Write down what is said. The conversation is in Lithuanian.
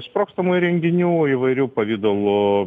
sprogstamų įrenginių įvairių pavidalų